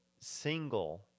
single